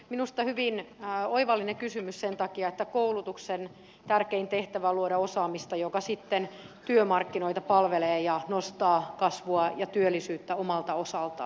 minusta tämä on hyvin oivallinen kysymys sen takia että koulutuksen tärkein tehtävä on luoda osaamista joka sitten työmarkkinoita palvelee ja nostaa kasvua ja työllisyyttä omalta osaltaan